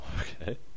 Okay